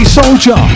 soldier